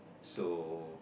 so